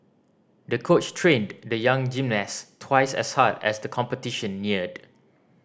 the coach trained the young gymnast twice as hard as the competition neared